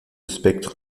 spectre